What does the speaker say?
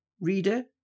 Reader